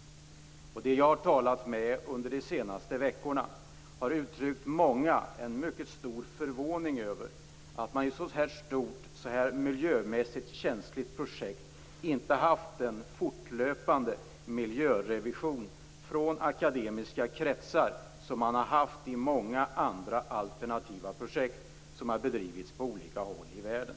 Många av de som jag har talat med under de senaste veckorna har uttryckt en mycket stor förvåning över att man i ett så stort och miljömässigt känsligt projekt inte haft en fortlöpande miljörevision från akademiska kretsar, vilket man har haft i många andra alternativa projekt som har bedrivits på olika håll i världen.